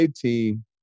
team